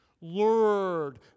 lured